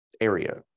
area